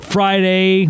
Friday